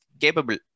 capable